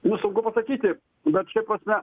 nu sunku pasakyti bet šia prasme